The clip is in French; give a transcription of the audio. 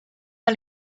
pas